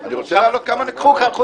אני רוצה להעלות כמה נקודות.